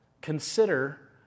Consider